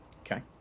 Okay